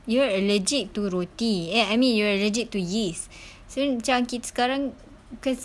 you are allergic to roti eh I mean you're allergic to yeast so macam kita sekarang cause